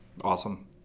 Awesome